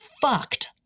fucked